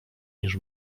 niż